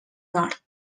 nord